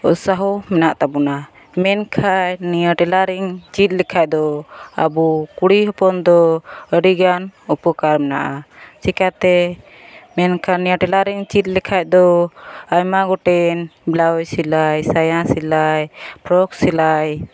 ᱩᱛᱥᱟᱦᱚ ᱢᱮᱱᱟᱜ ᱛᱟᱵᱚᱱᱟ ᱢᱮᱱᱠᱷᱟᱱ ᱱᱤᱭᱟᱹ ᱴᱮᱞᱟᱨᱤᱝ ᱪᱮᱫ ᱞᱮᱠᱷᱟᱱᱫᱚ ᱟᱵᱚ ᱠᱩᱲᱤ ᱦᱚᱯᱚᱱᱫᱚ ᱟᱹᱰᱤᱜᱟᱱ ᱩᱯᱚᱠᱟᱨ ᱢᱮᱱᱟᱜᱼᱟ ᱪᱮᱫᱞᱮᱠᱟᱛᱮ ᱢᱮᱱᱠᱷᱟᱱ ᱱᱤᱭᱟᱹ ᱴᱮᱞᱟᱨᱤᱝ ᱪᱮᱫ ᱞᱮᱠᱷᱟᱱᱫᱚ ᱟᱭᱢᱟ ᱜᱚᱴᱮᱱ ᱵᱞᱟᱣᱩᱡᱽ ᱥᱮᱞᱟᱭ ᱥᱟᱭᱟ ᱥᱮᱞᱟᱭ ᱯᱨᱚᱠ ᱥᱮᱞᱟᱭ